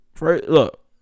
Look